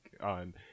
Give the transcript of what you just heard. on